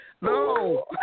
No